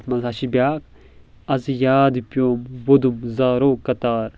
تتھ منٛز حظ چھِ بیٚاکھ از یاد پیٚووُم ووٚدُم زارو قطار